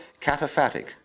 cataphatic